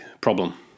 problem